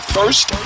First